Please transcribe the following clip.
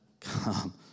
come